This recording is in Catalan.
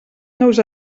nous